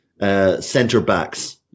centre-backs